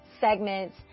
segments